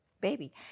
baby